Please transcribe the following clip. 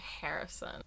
harrison